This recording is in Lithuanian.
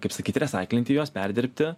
kaip sakyt resaiklinti juos perdirbti